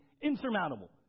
insurmountable